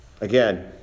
again